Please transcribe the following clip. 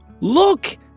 Look